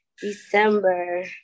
December